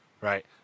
right